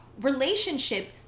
relationship